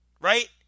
Right